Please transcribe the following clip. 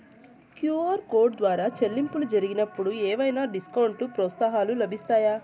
QR code ద్వారా చెల్లింపులు జరిగినప్పుడు ఏవైనా డిస్కౌంట్ లు, ప్రోత్సాహకాలు లభిస్తాయా?